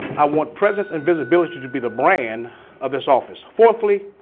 i wanted presence and visibility to be the brand of this office. fourthly,